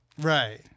Right